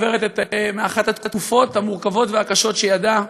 עוברת את אחת התקופות המורכבות והקשות שידעה: